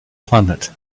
planet